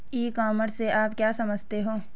ई commerce से आप क्या समझते हो?